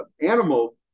animal